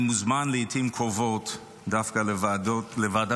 אני מוזמן לעיתים קרובות דווקא לוועדת